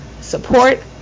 Support